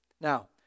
Now